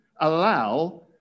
allow